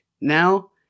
now